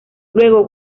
luego